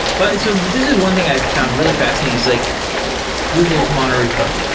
but so, this is one thing i found really fascinating, is like google's mono repo.